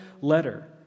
letter